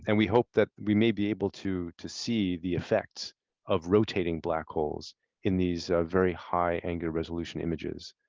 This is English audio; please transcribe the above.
and we hope that we may be able to to see the effects of rotating black holes in the these very high angular resolution images.